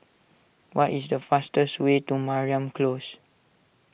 what is the fastest way to Mariam Close